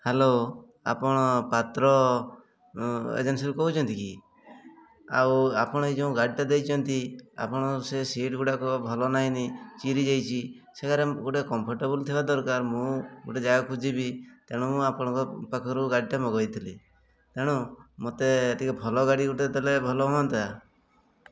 hello ଆପଣ ପାତ୍ର ଏଜେନ୍ସିରୁ କହୁଛନ୍ତି କି ଆଉ ଆପଣ ଏଇ ଯେଉଁ ଗାଡ଼ିଟା ଦେଇଛନ୍ତି ଆପଣ ସେ ସିଟ୍ଗୁଡ଼ାକ ଭଲ ନାହିଁନି ଚିରି ଯାଇଛି ସେ କରେ ଗୋଟେ କମ୍ଫର୍ଟେବୁଲ୍ ଥିବା ଦରକାର ମୁଁ ଗୋଟେ ଜାଗାକୁ ଯିବି ତେଣୁ ମୁଁ ଆପଣଙ୍କ ପାଖରୁ ଗାଡ଼ିଟା ମଗାଇଥିଲି ତେଣୁ ମୋତେ ଟିକେ ଭଲ ଗାଡ଼ି ଗୋଟେ ଦେଲେ ଭଲ ହୁଅନ୍ତା